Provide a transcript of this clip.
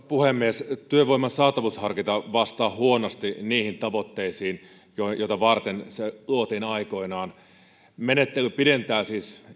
puhemies työvoiman saatavuusharkinta vastaa huonosti niihin tavoitteisiin joita joita varten se luotiin aikoinaan menettely pidentää